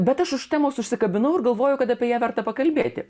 bet aš už temos užsikabinau ir galvoju kad apie ją verta pakalbėti